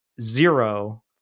zero